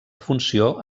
funció